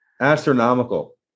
Astronomical